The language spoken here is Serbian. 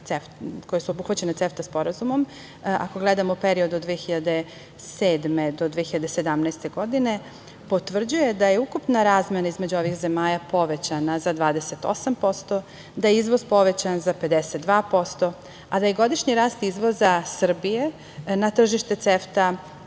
koje su obuhvaćene CEFTA sporazumom, ako gledamo period od 2007. do 2017. godine, potvrđuje da je ukupna razmena između ovih zemalja povećana za 28%, da je izvoz povećan za 52%, a da je godišnji rast izvoza Srbije na tržište